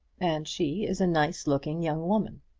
and she is a nice-looking young woman.